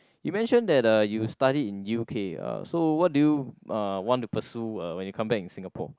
you mention that uh you study in U_K uh so what do you uh want to pursue uh when you come back in Singapore